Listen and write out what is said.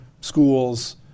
schools